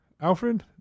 Alfred